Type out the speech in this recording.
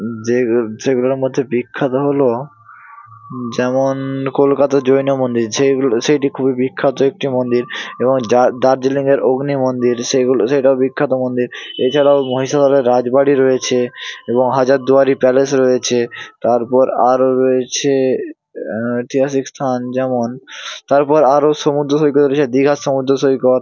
যে সেগুলোর মধ্যে বিখ্যাত হলো যেমন কলকাতার জৈন মন্দির যেগুলো সেইটি খুবই বিখ্যাত একটি মন্দির এবং যার দার্জিলিংয়ের অগ্নি মন্দির সেগুলো সেটাও বিখ্যাত মন্দির এছাড়াও মহিষাদলের রাজবাড়ি রয়েছে এবং হাজারদুয়ারি প্যালেস রয়েছে তারপর আরও রয়েছে ঐতিহাসিক স্থান যেমন তারপর আরও সমুদ্র সৈকত রয়েছে দীঘার সমুদ্র সৈকত